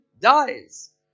dies